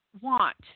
want